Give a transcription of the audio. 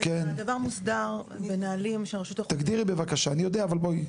הדבר מוסדר בנהלים של רשות האוכלוסין וההגירה.